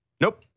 Nope